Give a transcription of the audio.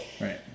Right